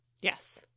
Yes